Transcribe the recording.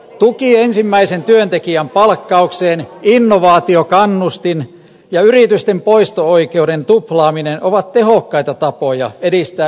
tuki ensimmäisen työntekijän palkkaukseen innovaatiokannustin ja yritysten poisto oikeuden tuplaaminen ovat tehokkaita tapoja edistää yrittäjyyttä ja työllisyyttä